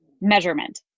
measurement